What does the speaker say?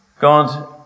God